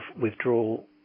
withdrawal